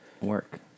work